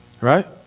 right